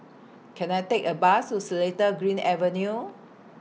Can I Take A Bus to Seletar Green Avenue